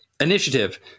Initiative